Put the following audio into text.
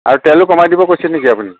আৰু তেলো কমাই দিব কৈছে নেকি আপুনি